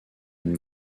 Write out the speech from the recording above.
une